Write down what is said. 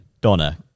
Donna